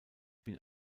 bin